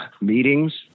meetings